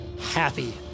happy